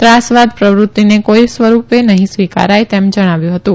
ત્રાસવાદ પ્રવૃતિને કોઈપણ સ્વરૂપે નહી સ્વીકારાથ તેમ જણાવ્યું હતું